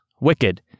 wicked